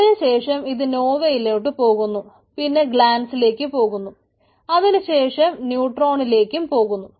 അതിനു ശേഷം അത് നോവയിലൊട്ട് പോകുന്നു പിന്നെ ഗ്ളാൻസിലേക് പോകുന്നു അതിനു ശേഷം ന്യൂട്രോണിലേക്കും പൊക്കുന്നു